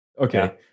okay